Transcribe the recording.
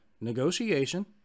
negotiation